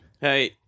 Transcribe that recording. Hey